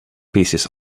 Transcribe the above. pieces